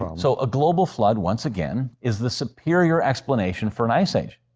um so, a global flood, once again, is the superior explanation for an ice age.